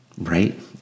right